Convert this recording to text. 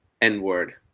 N-word